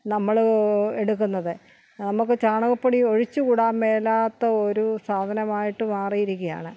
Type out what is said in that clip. നമ്മള് എടുക്കുന്നത് നമുക്ക് ചാണകപ്പൊടി ഒഴിച്ച്കൂടാന് മേലാത്ത ഒരു സാധനമായിട്ട് മാറിയിരിക്കുകയാണ്